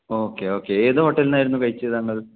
okay okay ഏത് hotel നിന്നായിരുന്നു കഴിച്ചത് താങ്കൾ